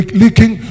leaking